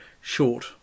short